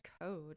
Code